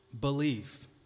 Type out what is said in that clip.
belief